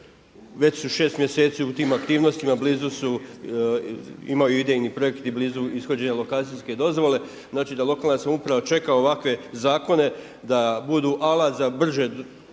već su šest mjeseci u tim aktivnostima, imaju idejni projekt i blizu ishođenja lokacijske dozvole. Znači da lokalna samouprava čeka ovakve zakone da budu alat za brže donošenje